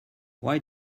why